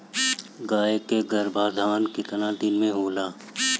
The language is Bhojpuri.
गाय के गरभाधान केतना दिन के होला?